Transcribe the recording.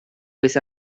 with